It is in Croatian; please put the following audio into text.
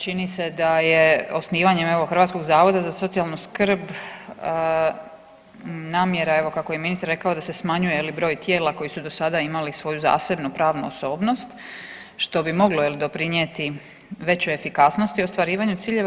Čini se da je osnivanjem evo Hrvatskog zavoda za socijalnu skrb namjera evo kako je i ministar rekao da se smanjuje broj tijela koji su do sada imali svoju zasebnu pravnu osobnost što bi moglo doprinijeti većoj efikasnosti ostvarivanju ciljeva.